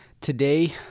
Today